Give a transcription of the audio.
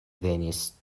venis